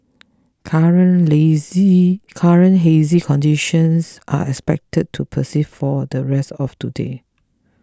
current lazy current hazy conditions are expected to persist for the rest of today